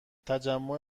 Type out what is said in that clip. تجمع